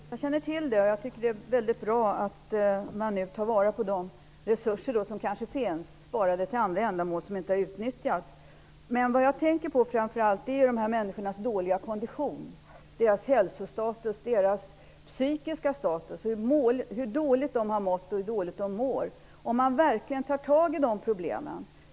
Herr talman! Jag känner till det som kulturministern nämnde, och jag tycker att det är bra att man nu tar vara på de resurser som kan finnas sparade för andra ändamål men som kanske inte har utnyttjats. Men jag tänker framför allt på dessa människors dåliga kondition, på deras hälsostatus och psykiska status, på hur dåligt de har mått och på hur dåligt de mår. Tar man verkligen tag i de problemen?